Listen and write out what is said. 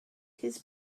his